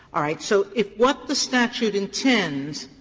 all right. so if what the statute intends